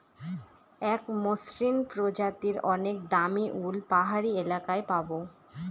এক মসৃন প্রজাতির অনেক দামী উল পাহাড়ি এলাকায় পাবো